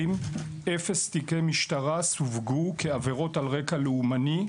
אפס תיקי משטרה סווגו כעבירות על רקע לאומני,